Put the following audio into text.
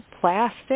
plastic